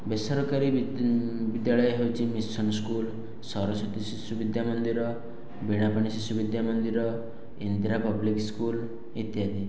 ବେସରକାରୀ ବିଦ୍ୟାଳୟ ହେଉଛି mission school Saraswati Shishu Vidyamandir Binapani Shishu Vidya Mandir Indira public school ଇତ୍ୟାଦି